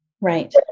Right